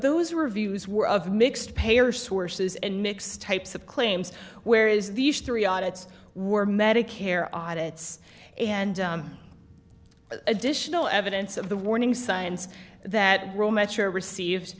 those reviews were of mixed payer sources and mixed types of claims where is these three audits were medicare audits and additional evidence of the warning signs that grow mature received